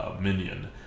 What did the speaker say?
minion